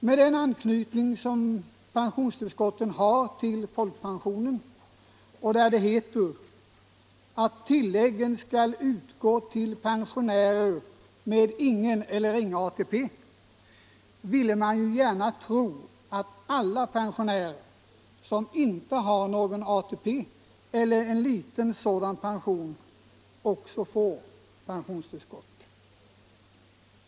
Med den anknytning som pensionstillskotten har till folkpensionen och där det heter att tilläggen skall utgå till pensionärer med ingen eller ringa ATP, ville man ju gärna tro att alla pensionärer som inte har någon ATP eller som har en liten sådan pension också får pensionstillskott.